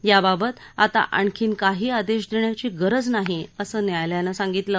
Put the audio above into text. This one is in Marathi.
याबाबत आता आणखी काही आदश्विद्यियी गरज नाही असं न्यायालयानं सांगितलं